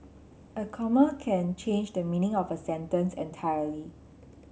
a comma can change the meaning of a sentence entirely